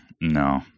No